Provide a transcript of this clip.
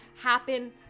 happen